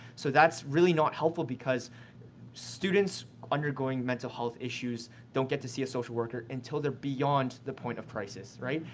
so, that's really not helpful because students undergoing mental health issues don't get to see a social worker until they're beyond the point of crisis, right?